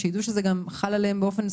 יידעו שזה גם חל עליהם באופן ספציפי.